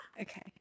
okay